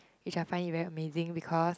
which I find it very amazing because